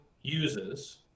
uses